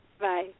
Bye